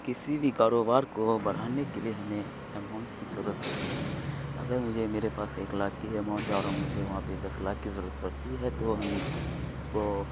کسی بھی کاروبار کو بڑھانے کے لیے ہمیں اماؤنٹ کی ضرورت پڑتی ہے اگر مجھے میرے پاس ایک لاکھ کی اماؤنٹ ہے اور مجھے وہاں پہ دس لاکھ کی ضرورت پڑتی ہے تو ہم کو